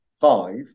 five